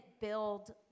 build